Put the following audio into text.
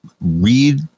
read